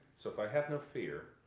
so if i have no fear,